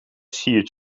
siert